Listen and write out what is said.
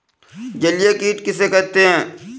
जलीय कीट किसे कहते हैं?